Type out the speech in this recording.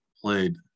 played